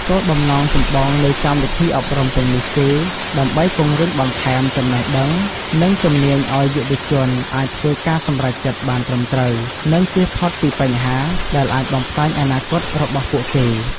គោលបំណង ចម្បងនៃកម្មវិធីអប់រំទាំងនេះគឺ ដើម្បីពង្រឹងបន្ថែមចំណេះដឹង និងជំនាញឱ្យយុវជនអាចធ្វើការសម្រេចចិត្តបានត្រឹមត្រូវ និងចៀសផុតពីបញ្ហា ដែលអាចបំផ្លាញអនាគតរបស់ពួកគេ។